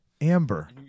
Amber